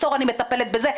עשור אני מטפלת בזה.